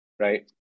Right